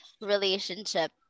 relationship